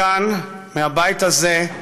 מכאן, מהבית הזה,